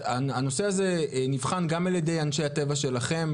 הנושא הזה נבחן גם על ידי אנשי הטבע שלכם,